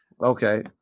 okay